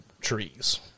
trees